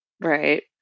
right